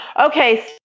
Okay